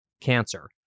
cancer